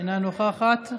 אינה נוכחת.